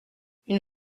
une